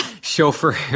chauffeur